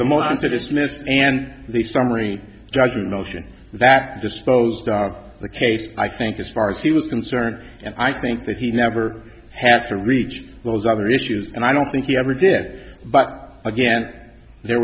them on to dismiss and the summary judgment motion that disposed of the case i think as far as he was concerned and i think that he never had to reach those other issues and i don't think he ever did but again there